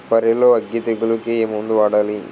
వరిలో అగ్గి తెగులకి ఏ మందు వాడాలి?